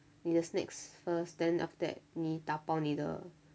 你的 snacks first then after that 你打包你的